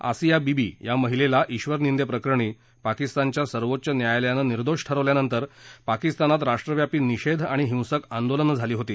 आसिया बीबी या महिलेला ईबरनिंदेप्रकरणी सर्वोच्च न्यायालयानं निर्दोष ठरवल्यानंतर पाकिस्तानात राष्ट्रव्यापी निषेध आणि हिंसक आंदोलनं झाली होती